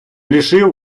рішив